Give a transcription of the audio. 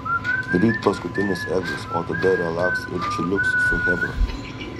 ryt paskutinis egzas o tada relaks ir čiliuks su chebra